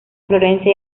florencia